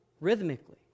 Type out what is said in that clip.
Rhythmically